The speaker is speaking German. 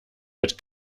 mit